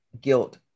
guilt